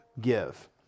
Give